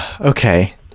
Okay